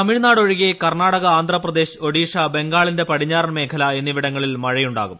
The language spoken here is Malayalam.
തമിഴ്നാട് ഒഴികെ കർണാടക ആന്ധ്രപ്രദേശ് ഒഡിഷ ബംഗാളിന്റെ പടിഞ്ഞാറൻ മേഖല എന്നിവിടങ്ങളിൽ ശക്തമായ മഴയുണ്ടാകും